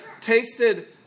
tasted